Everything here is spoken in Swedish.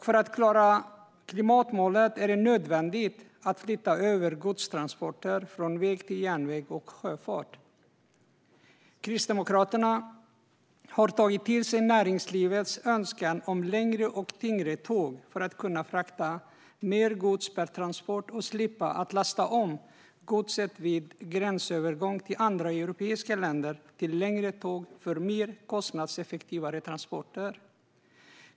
För att klara klimatmålet är det nödvändigt att flytta över godstransporter från väg till järnväg och sjöfart. Kristdemokraterna har tagit till sig näringslivets önskan om längre och tyngre tåg för att man ska kunna frakta mer gods per transport och slippa att lasta om godset vid gränsövergång till andra europeiska länder. Längre tåg ger mer kostnadseffektiva transporter.